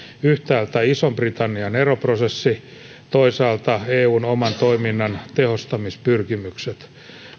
yhtäältä ison britannian eroprosessi toisaalta eun oman toiminnan tehostamispyrkimykset